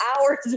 hours